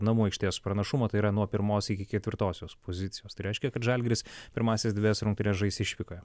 namų aikštės pranašumą tai yra nuo pirmos iki ketvirtosios pozicijos tai reiškia kad žalgiris pirmąsias dvejas rungtynes žais išvykoje